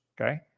okay